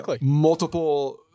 multiple